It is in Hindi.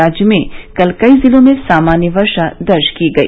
राज्य में कल कई जिलों में सामान्य वर्षा दर्ज की गई